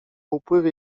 upływie